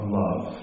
love